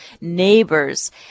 neighbors